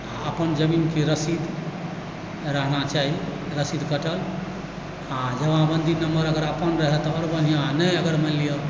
आओर अपन जमीनके रसीद रहना चाही रसीद कटल आओर जमाबन्दी नम्बर अगर अपन रहय तऽ आओर बढ़िआँ नहि अगर मानि लिअ